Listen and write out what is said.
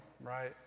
right